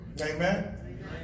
Amen